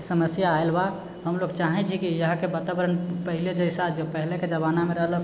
समस्या आएल बा हम लोक चाहै छी कि इहाँके वातावरण पहिले जइसा जे पहिलेके जमानामे रहलक